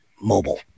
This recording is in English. mobile